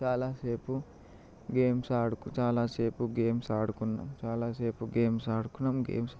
చాలాసేపు గేమ్స్ ఆడుకు చాలాసేపు గేమ్స్ ఆడుకున్నాము చాలాసేపు గేమ్స్ ఆడుకున్నాము గేమ్స్